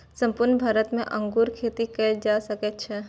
संपूर्ण भारत मे अंगूर खेती कैल जा सकै छै